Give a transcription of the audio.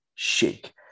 shake